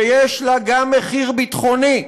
ויש לה גם מחיר ביטחוני.